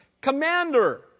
commander